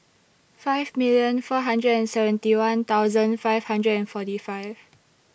five million four hundred and seventy one thousand five hundred and forty five